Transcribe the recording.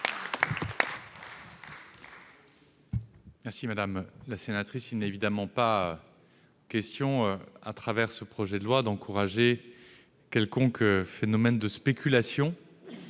Madame la sénatrice, il n'est évidemment pas question au travers de ce projet de loi d'encourager un quelconque phénomène de spéculation,